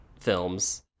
films